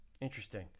Interesting